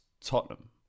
Tottenham